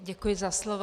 Děkuji za slovo.